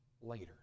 later